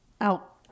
Out